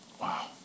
Wow